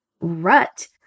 Rut